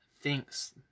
thinks